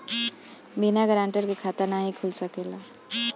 बिना गारंटर के खाता नाहीं खुल सकेला?